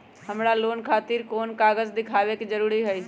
हमरा लोन खतिर कोन कागज दिखावे के जरूरी हई?